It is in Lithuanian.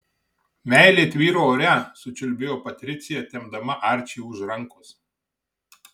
meilė tvyro ore sučiulbėjo patricija tempdama arčį už rankos